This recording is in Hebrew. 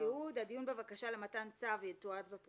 בחוק הגבלת שימוש במקום,